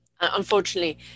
Unfortunately